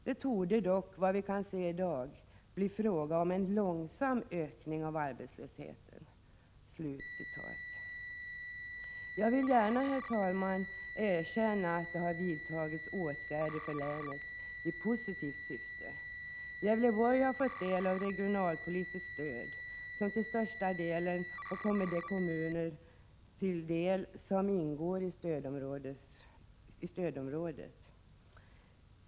Det torde dock, vad vi kan se i dag, bli fråga om en långsam ökning av arbetslösheten.” Jag vill gärna, herr talman, erkänna att det har vidtagits åtgärder för länet i positivt syfte. Gävleborg har fått del av regionalpolitiskt stöd, som till största delen kommit de kommuner till del som ingår i stödområdet.